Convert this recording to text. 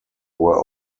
were